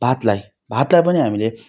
भातलाई भातलाई पनि हामीले